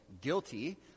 guilty